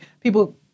people